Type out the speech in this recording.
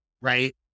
right